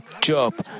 Job